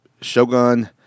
Shogun